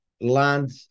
land